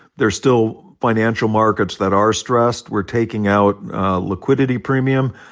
there are still financial markets that are stressed. we're taking out liquidity premium.